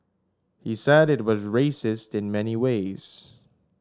he said it was racist in many ways